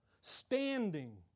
Standing